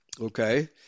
Okay